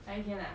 哪一天 ah